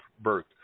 birth